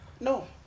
No